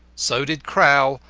so did crowl,